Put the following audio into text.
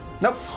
Nope